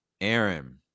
aaron